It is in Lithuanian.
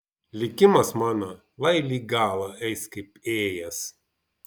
likimas mano lai lig galo eis kaip ėjęs